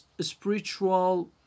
spiritual